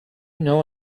know